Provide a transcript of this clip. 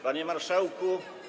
Panie Marszałku!